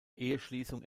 eheschließung